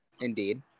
indeed